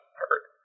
hurt